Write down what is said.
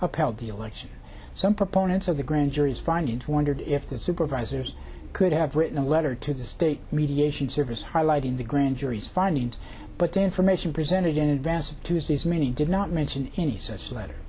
upheld the election some proponents of the grand jury's findings wondered if the supervisors could have written a letter to the state mediation service highlighting the grand jury's finding but the information presented in advance of tuesday's meeting did not mention any such letter